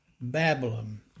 Babylon